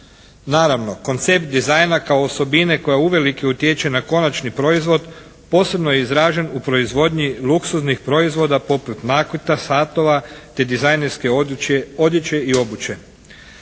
Naravno, koncept dizajna kao osobine koja uvelike utječe na konačni proizvod posebno je izražen u proizvodnji luksuznih proizvoda poput nakita, satova te dizajnerske odjeće i obuće.